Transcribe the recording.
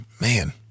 man